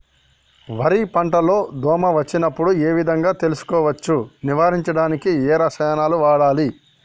వరి పంట లో దోమ వచ్చినప్పుడు ఏ విధంగా తెలుసుకోవచ్చు? నివారించడానికి ఏ రసాయనాలు వాడాలి?